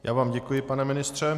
Já vám děkuji, pane ministře.